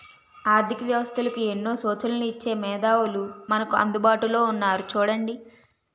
ఆర్థిక వ్యవస్థలకు ఎన్నో సూచనలు ఇచ్చే మేధావులు మనకు అందుబాటులో ఉన్నారు చూడండి